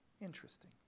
Interesting